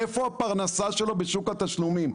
איפה הפרנסה שלו בשוק התשלומים?